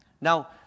Now